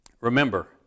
Remember